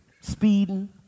speeding